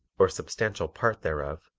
or substantial part thereof,